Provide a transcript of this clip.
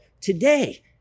today